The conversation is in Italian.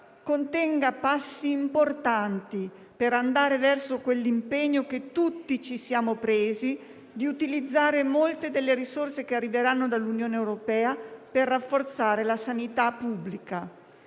contenga passi importanti per andare verso quell'impegno che tutti ci siamo assunti di utilizzare molte delle risorse che arriveranno dall'Unione europea per rafforzare la sanità pubblica.